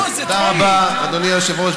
תודה רבה, אדוני היושב-ראש.